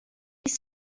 است